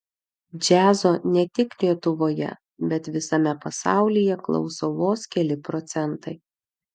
džiazo ne tik lietuvoje bet visame pasaulyje klauso vos keli procentai